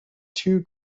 two